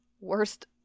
Worst